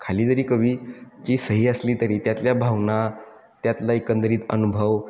खाली जरी कवी ची सही असली तरी त्यातल्या भावना त्यातला एकंदरीत अनुभव